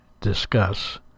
discuss